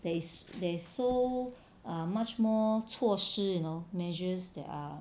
there's there's so err much more 措施 you know measures that are